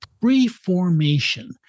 pre-formation